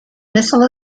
missile